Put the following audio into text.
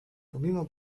pomimo